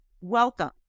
welcome